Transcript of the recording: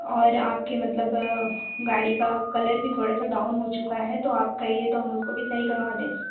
और आपकी मतलब गाड़ी का कलर भी थोड़ा सा डाउन हो चुका है तो आप कहिए तो हम उसको भी सही करवा दें